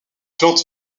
plante